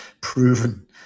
proven